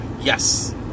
Yes